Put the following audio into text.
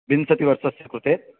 विंशतिवर्षस्य कृते